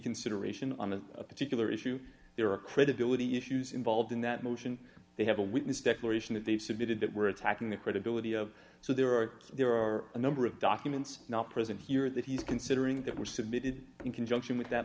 reconsideration on that particular issue there are credibility issues involved in that motion they have a witness declaration that they've submitted that we're attacking the credibility of so there are there are a number of documents not present here that he's considering that were submitted in conjunction with that